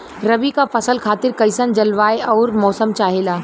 रबी क फसल खातिर कइसन जलवाय अउर मौसम चाहेला?